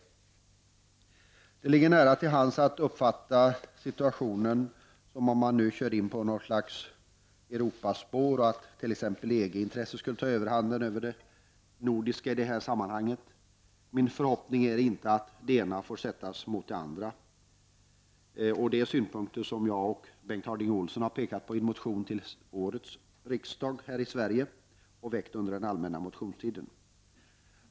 Det ligger nära till hands att uppfatta situationen som om man nu kör in på något slags ”Europaspår” och att EG-intresset tar överhanden över det nordiska i detta sammanhang. Min förhoppning är att det ena inte får sättas mot det andra. Det är synpunkter som jag och Bengt Harding Olson pekat på i en motion till årets riksdag, väckt under den allmänna motionstiden.